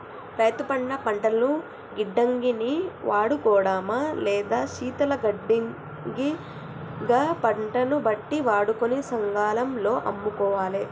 రైతు పండిన పంటను గిడ్డంగి ని వాడుకోడమా లేదా శీతల గిడ్డంగి గ పంటను బట్టి వాడుకొని సకాలం లో అమ్ముకోవాలె